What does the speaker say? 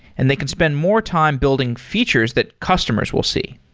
and they can spend more time building features that customers will see.